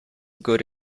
good